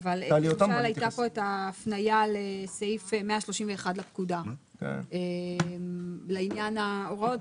היתה פה את ההפניה לסעיף 131 לפקודה לעניין ההוראות.